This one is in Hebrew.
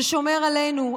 ששומר עלינו,